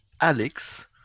Alex